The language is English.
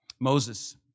Moses